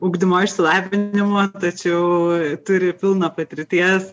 ugdymo išsilavinimo tačiau turi pilna patirties